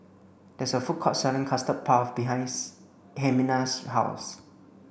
there is a food court selling custard puff behinds Ximena's house